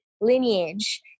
lineage